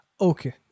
Okay